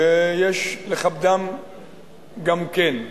ויש לכבדם גם כן.